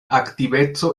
aktiveco